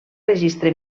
registre